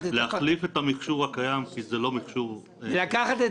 להחליף את המכשור הקיים כי זה לא מכשור --- ואי אפשר לקחת את